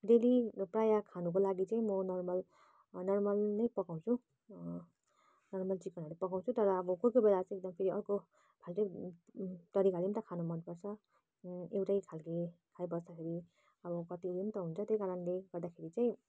daily प्रायः खानुको लागि चाहिँ म नर्मल नर्मल नै पकाउँछु नर्मल चिकनहरू पकाउँछु तर अब कोही कोही बेला चाहिँ फेरि अर्को फाल्टै तरिकाले पनि त खानु मनपर्छ एउटै खालको खाइबस्दाखेरि अब कति उयो पनि त हुन्छ त्यही कारणले गर्दाखेरि चाहिँ